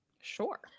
sure